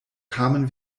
kamen